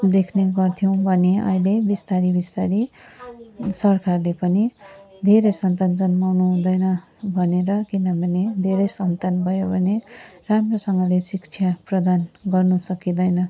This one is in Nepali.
देख्ने गर्थ्यौँ भने अहिले बिस्तारै बिस्तारै सरकारले पनि धेरै सन्तान जन्माउनु हुँदैन भनेर किनभने धेरै सन्तान भयो भने राम्रोसँगले शिक्षा प्रदान गर्नु सकिँदैन